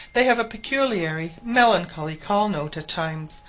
they have a peculiarly melancholy call-note at times,